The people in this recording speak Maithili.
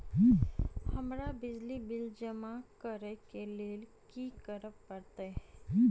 हमरा बिजली बिल जमा करऽ केँ लेल की करऽ पड़त?